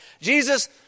Jesus